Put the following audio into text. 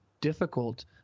difficult